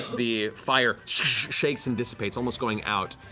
the fire shakes and dissipates, almost going out.